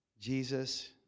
Jesus